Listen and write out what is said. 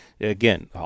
Again